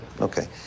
Okay